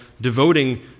devoting